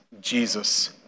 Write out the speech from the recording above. Jesus